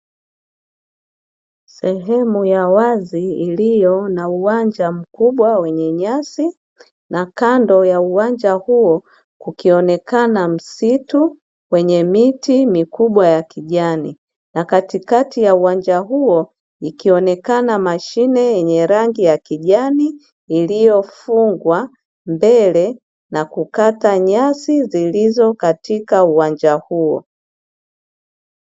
Sehemu ya wazi iliyo na uwanja mkubwa wenye nyasi na kando ya uwanja huo kukionekana msitu wenye miti mikubwa ya kijani na katikati ya uwanja huo, ikionekana mashine yenye rangi ya kijani iliyofungwa mbele na kukata nyasi zilizo katika uwanja huo.